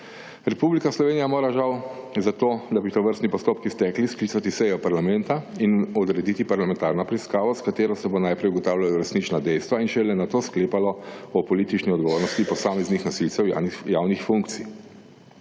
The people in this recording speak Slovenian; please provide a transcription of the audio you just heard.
Republika Slovenija mora žal za to, da bi tovrstni postopki stekli, sklicati sejo parlamenta in odrediti parlamentarno preiskavo s katero se bo najprej ugotavljalo resnična dejstva in šele nato sklepalo o politični odgovornosti posameznih nosilcev javnih funkcij.